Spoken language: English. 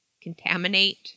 contaminate